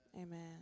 amen